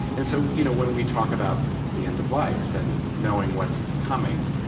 and so you know when we talk about the end of life and knowing what's coming,